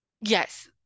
Yes